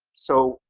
so,